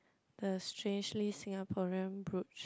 the Strangely Singaporean brooch